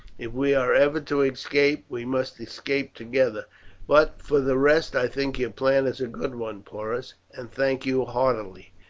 if we are ever to escape, we must escape together but for the rest, i think your plan is a good one, porus, and thank you heartily.